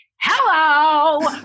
hello